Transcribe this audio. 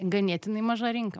ganėtinai maža rinka